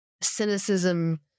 cynicism